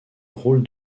rôle